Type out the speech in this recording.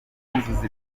kuzuza